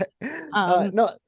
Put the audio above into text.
No